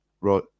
Right